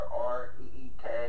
R-E-E-K